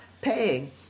paying